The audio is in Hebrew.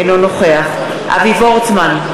אינו נוכח אבי וורצמן,